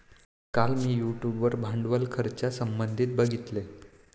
काल मी यूट्यूब वर भांडवल खर्चासंबंधित बघितले